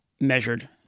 measured